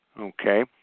okay